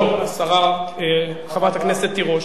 לא, חברת הכנסת תירוש.